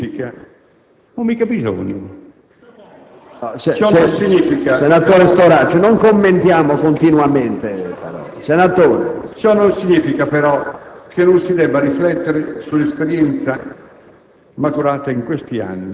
Ciò non significa, però, che non si debba riflettere sull'esperienza